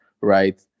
right